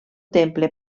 temple